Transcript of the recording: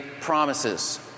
promises